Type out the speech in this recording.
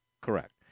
Correct